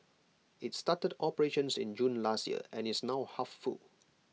IT started operations in June last year and is now half full